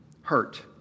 Hurt